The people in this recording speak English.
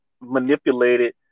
manipulated